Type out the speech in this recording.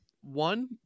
one